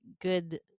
good